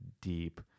deep